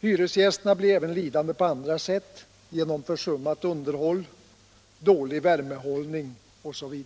Hyresgästerna blir lidande även på andra sätt, genom försummat underhåll, dålig värmehållning osv.